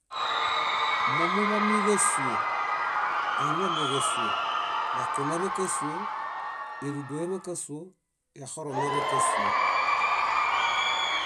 Mómuḃamiġasuo, áhinaloġasuo, yahunaḃa kásuo, éludu eḃa kásuo, yaxorõ naḃa kásuo.